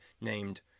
named